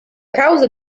causa